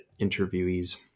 interviewees